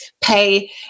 pay